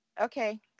okay